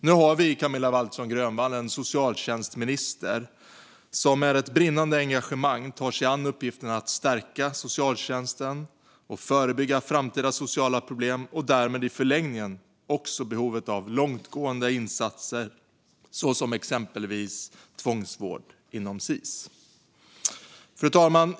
Nu har vi i Camilla Waltersson Grönvall en socialtjänstminister som med brinnande engagemang tar sig an uppgiften att stärka socialtjänsten och förebygga framtida sociala problem och därmed i förlängningen också behovet av långtgående insatser som exempelvis tvångsvård inom Sis. Fru talman!